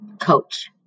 Coach